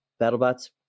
BattleBots